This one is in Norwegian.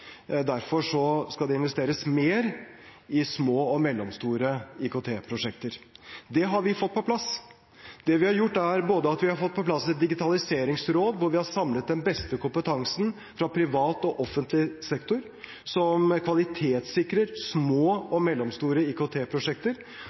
Derfor skal det investeres mer i små og mellomstore IKT-prosjekter. Det har vi fått på plass. Det vi har gjort, er både at vi har fått på plass et digitaliseringsråd, hvor vi har samlet den beste kompetansen fra privat og offentlig sektor som kvalitetssikrer små